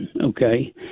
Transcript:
Okay